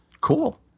Cool